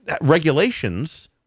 regulations